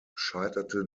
scheiterte